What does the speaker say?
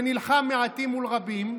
ונלחם מעטים מול רבים.